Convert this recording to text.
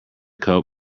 coat